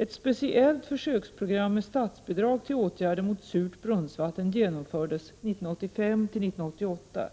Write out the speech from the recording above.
Ett speciellt försöksprogram med statsbidrag till åtgärder mot surt brunnsvatten genomfördes 1985—1988.